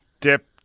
Dip